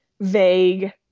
vague